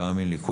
תאמין לי.